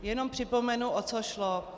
Jenom připomenu, o co šlo.